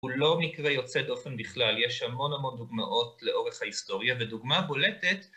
הוא לא מקרה יוצא דופן בכלל, יש המון המון דוגמאות לאורך ההיסטוריה, ודוגמה בולטת